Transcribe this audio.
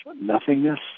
nothingness